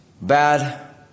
bad